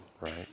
right